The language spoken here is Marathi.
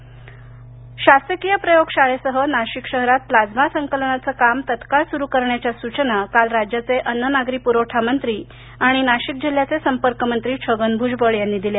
नाशिक प्लाइमा संकलन शासकीय प्रयोगशाळेसह नाशिक शहरात प्लाइमा संकलनाचं काम तत्काळ सुरू करण्याच्या सूचना काल राज्याचे अन्न नागरी प्रवठा मंत्री आणि नाशिक जिल्ह्याचे संपर्कमंत्री छगन भूजबळ यांनी दिल्या